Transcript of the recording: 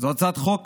זו הצעת חוק